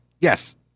Yes